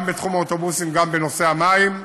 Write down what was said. גם בתחום האוטובוסים וגם בנושא המים.